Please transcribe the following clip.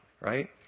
right